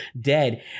dead